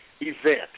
event